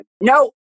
No